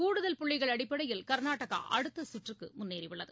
கூடுதல் புள்ளிகள் அடிப்படையில் கர்நாடகா அடுத்த சுற்றுக்கு முன்னேறி உள்ளது